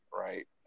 right